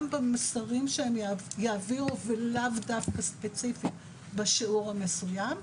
גם במסרים שיעבירו ולאו דווקא ספציפית בשיעור המסוים,